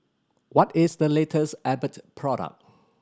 what is the latest Abbott product